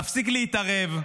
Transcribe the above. תפסיק להתערב,